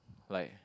like